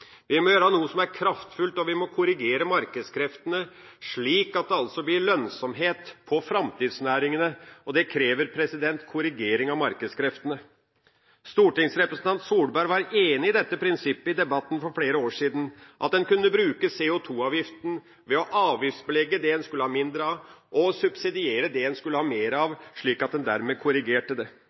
Vi må gjøre noe som er kraftfullt, og vi må korrigere markedskreftene, slik at det blir lønnsomhet i framtidsnæringene. Det krever korrigering av markedskreftene. Daværende stortingsrepresentant Solberg var i debatten for flere år sida enig i det prinsippet at en kunne bruke CO2-avgiften til å avgiftsbelegge det en skulle ha mindre av, og subsidiere det en skulle ha mer av, slik at en dermed korrigerte det.